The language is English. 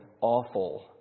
awful